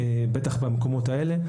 בטח במקומות האלה.